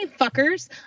fuckers